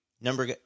number